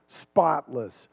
spotless